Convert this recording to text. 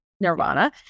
nirvana